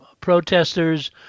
protesters